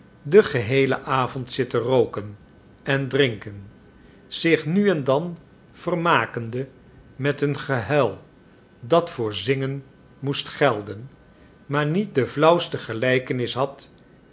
den geheelen avond zitten rooken en drinken zich nu en dan vermakende met een gehuil dat voor zingen moest gelden maar niet de flauwste gelijkenis had